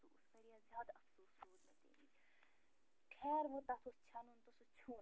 وارِیاہ زیادٕ افسوٗس روٗد مےٚ خیر وۄنۍ تتھ اوس ژھٮ۪نُن تہٕ سُہ ژھیوٚن